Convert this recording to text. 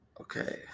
Okay